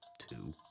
two